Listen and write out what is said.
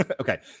Okay